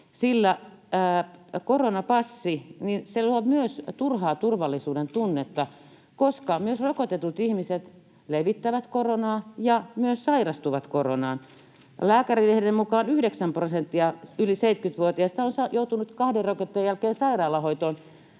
Sillä koronapassi luo myös turhaa turvallisuudentunnetta, koska myös rokotetut ihmiset levittävät koronaa ja myös sairastuvat koronaan. Lääkärilehden mukaan yhdeksän prosenttia yli 70-vuotiaista on joutunut kahden rokotteen jälkeen sairaalahoitoon.